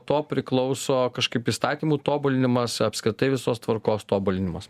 to priklauso kažkaip įstatymų tobulinimas apskritai visos tvarkos tobulinimas